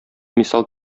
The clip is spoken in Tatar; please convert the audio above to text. мисал